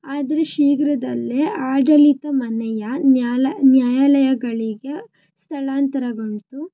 ಆದರೆ ಶೀಘ್ರದಲ್ಲೇ ಆಡಳಿತ ಮನೆಯ ನ್ಯಾಲ ನ್ಯಾಯಾಲಯಗಳಿಗೆ ಸ್ಥಳಾಂತರಗೊಳ್ತು